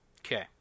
Okay